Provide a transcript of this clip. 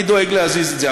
אני דואג להזיז את זה.